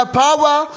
power